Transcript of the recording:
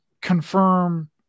confirm